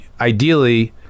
ideally